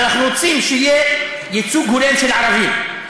ואנחנו רוצים שיהיה ייצוג הולם של ערבים,